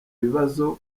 bibazo